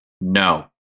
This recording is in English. no